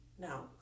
no